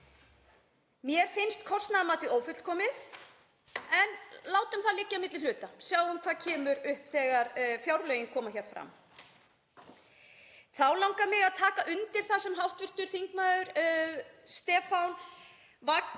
Mér finnst kostnaðarmatið ófullkomið en látum það liggja milli hluta, sjáum hvað kemur upp þegar fjárlögin koma fram. Þá langar mig að taka undir það sem hv. þm. Stefán Vagn